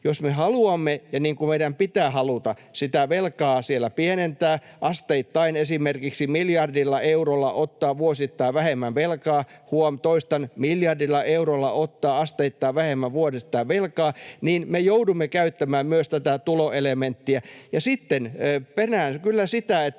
jos me haluamme, niin kuin meidän pitää haluta, sitä velkaa siellä pienentää, asteittain esimerkiksi miljardilla eurolla ottaa vuosittain vähemmän velkaa — huom., toistan: miljardilla eurolla ottaa asteittain vähemmän vuosittain velkaa — niin me joudumme käyttämään myös tätä tuloelementtiä. Sitten perään kyllä sitä, että